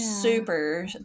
super